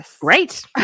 great